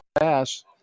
pass